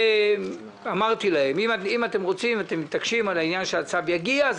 אמרתי להם: אם אתם מתעקשים שהצו יגיע אז